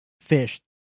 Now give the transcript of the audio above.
fish